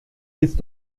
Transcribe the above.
bist